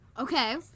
Okay